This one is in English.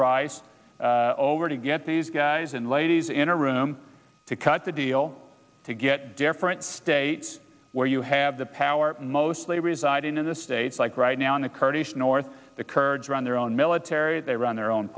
arise over to get these guys and ladies in a room to cut the deal to get different states where you have the power mostly reside in the states like right now in the kurdish north the kurds run their own military they run their own